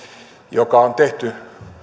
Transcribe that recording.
joka on tehty